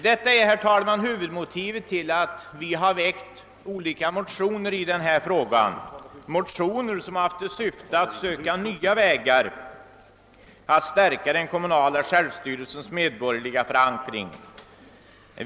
Detta är, herr talman, huvudmotivet till att det har väckts flera motioner i denna fråga, motioner som har till syfte: att: man:skall söka nya vägar för att stärka den kommunala självstyrelsens medborgerliga förankring.